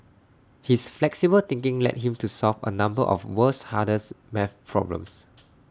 his flexible thinking led him to solve A number of world's hardest math problems